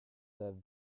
that